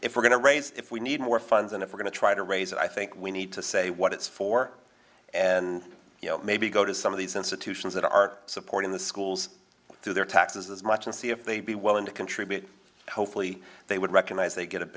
if we're going to raise if we need more funds and if we're going to try to raise it i think we need to say what it's for and you know maybe go to some of these institutions that are supporting the schools through their taxes as much and see if they'd be willing to contribute hopefully they would recognize they get a